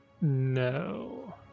No